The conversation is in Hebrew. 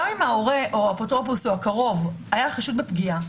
גם אם ההורה או האפוטרופוס או הקרוב היה חשוד בפגיעה,